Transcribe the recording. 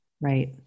right